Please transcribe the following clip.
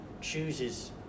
chooses